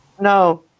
no